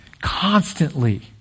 constantly